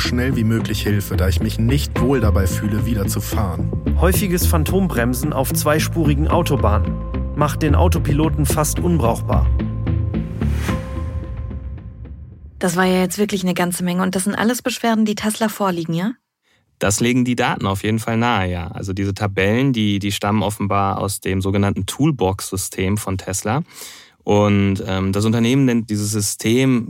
schnell wie möglich Hilfe, da ich mich nicht wohl dabei fühle, wieder zu fahren. Häufiges Phantombremsen auf zweispurigen Autobahnen macht den Autopiloten fast unbrauchbar. Das war ja jetzt wirklich eine ganze Menge. Und das sind alles Beschwerden, die Tesla vorliegen, ja? Das legen die Daten auf jeden Fall nahe, ja. Also diese Tabellen, die- die stammen offenbar aus dem sogenannten Toolbox-System von Tesla. Und, ähm, das Unternehmen nennt dieses System